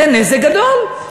זה נזק גדול.